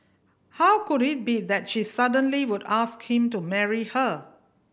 how could it be that she suddenly would ask him to marry her